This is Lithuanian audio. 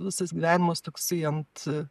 visas gyvenimas toksai ant